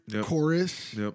chorus